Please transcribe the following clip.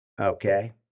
Okay